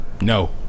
no